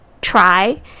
try